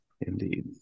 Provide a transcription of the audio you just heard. Indeed